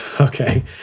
Okay